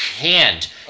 hand